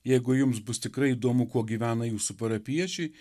jeigu jums bus tikrai įdomu kuo gyvena jūsų parapiečiai